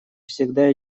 всегда